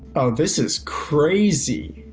oh, this is crazy.